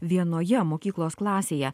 vienoje mokyklos klasėje